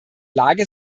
lage